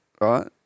right